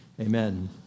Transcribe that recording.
Amen